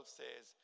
says